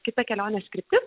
kita kelionės kryptis